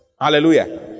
Hallelujah